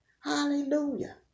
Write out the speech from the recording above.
Hallelujah